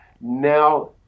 Now